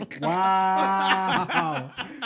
Wow